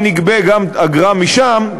אם נגבה אגרה גם משם,